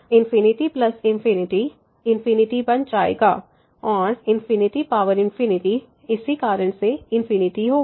∞∞ बन जाएगा और इसी कारण से होगा